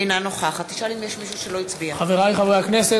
אינה נוכחת חברי חברי הכנסת,